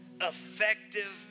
effective